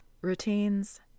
Routines